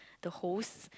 the host